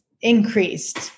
increased